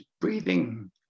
breathing